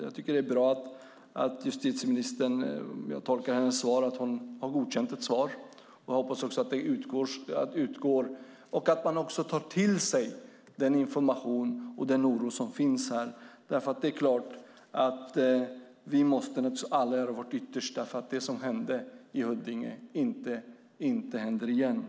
Jag tolkar justitieministerns svar som att hon har godkänt ett svar - det är bra - och jag hoppas att det också skickas. Jag hoppas att man också tar till sig den information och den oro som finns här. Naturligtvis måste vi alla göra vårt yttersta för att det som hände i Huddinge inte händer igen.